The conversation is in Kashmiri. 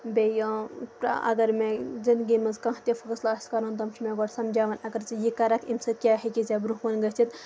بیٚیہِ اَگر مےٚ زِندگی منٛز کانٛہہ تہِ فٲصلہٕ آسہِ کَرُن تِم چھِ مےٚ گۄڈٕ سَمجھاوان اَگر ژٕ یہِ کرکھ اَمہِ سۭتۍ کیاہ ہیٚکی ژےٚ برونٛہہ کُن گٔژھِتھ